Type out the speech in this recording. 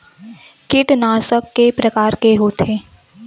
कीटनाशक के प्रकार के होथे?